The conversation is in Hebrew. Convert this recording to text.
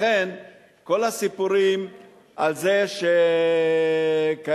לכן, כל הסיפורים על זה שקיימים